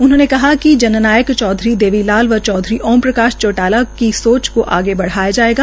उन्होंने कहा कि जन नायक चौधरी देवी लाल व चौधरी ओम प्रकाश चौटाला की सोच को आगे बढ़ाया जाएगा